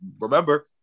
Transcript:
remember